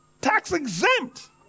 Tax-exempt